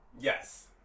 Yes